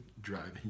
driving